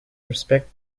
respect